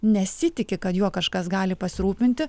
nesitiki kad juo kažkas gali pasirūpinti